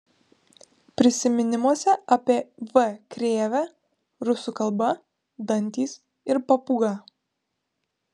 prisiminimuose apie v krėvę rusų kalba dantys ir papūga